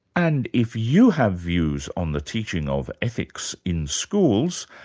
and if you have views on the teaching of ethics in schools,